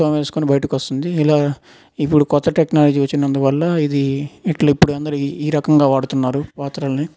తోమేసుకుని బైటకి వస్తుంది ఇలా ఇప్పుడు కొత్త టెక్నాలజీ వచ్చినందు వల్ల ఇదీ ఇట్లా ఇప్పుడు అందరూ ఈ ఈ రకంగా వాడుతున్నారు పాత్రలని